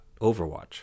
Overwatch